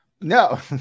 No